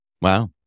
Wow